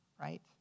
right